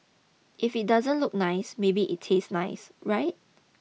if it doesn't look nice maybe it'll taste nice right